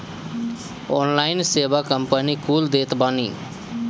online सेवा company कुल देत बानी